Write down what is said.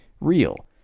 real